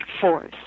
force